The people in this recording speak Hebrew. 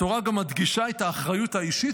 התורה גם מדגישה את האחריות האישית,